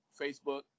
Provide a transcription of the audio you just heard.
Facebook